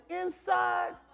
inside